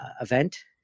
event